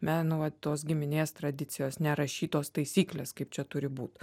me nu vat tos giminės tradicijos nerašytos taisyklės kaip čia turi būt